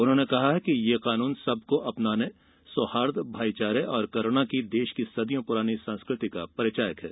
उन्होंने कहा कि यह कानून सबको अपनाने सौहार्द भाईचारे और करूणा की देश की सदियों पुरानी संस्कृति का परिचायक है